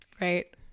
right